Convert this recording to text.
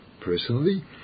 personally